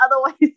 otherwise